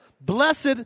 Blessed